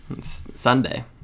Sunday